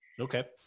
Okay